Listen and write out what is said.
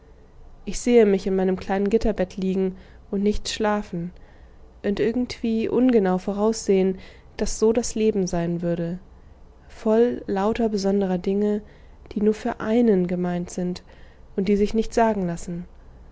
ich sehe mich in meinem kleinen gitterbett liegen und nicht schlafen und irgendwie ungenau voraussehen daß so das leben sein würde voll lauter besonderer dinge die nur für einen gemeint sind und die sich nicht sagen lassen